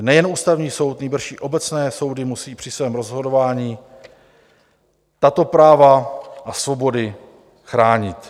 Nejen Ústavní soud, nýbrž i obecné soudy musí při svém rozhodování tato práva a svobody chránit.